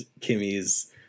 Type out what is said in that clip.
Kimmy's